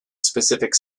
specific